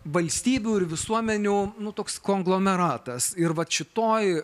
valstybių ir visuomenių nu toks konglomeratas ir vat šitoj